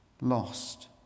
lost